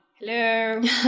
Hello